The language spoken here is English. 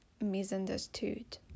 misunderstood